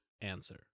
answer